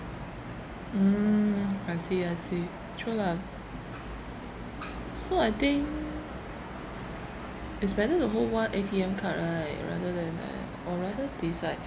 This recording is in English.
mm I see I see true lah so I think it's better to hold one A_T_M card right rather than like or rather decide